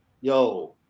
Yo